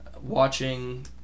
watching